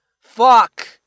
Fuck